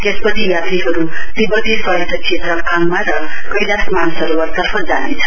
त्यसपछि यात्रीहरू तिब्बती स्वायत्र क्षेत्र काङमा र कैलाश मानसरोबरतर्फ जानेछ